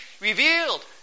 revealed